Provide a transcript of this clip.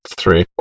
three